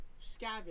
scavenge